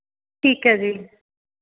ਠੀਕ ਹੈ ਜੀ